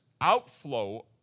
outflow